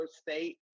state